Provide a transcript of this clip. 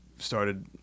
started